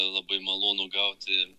labai malonu gauti